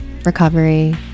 recovery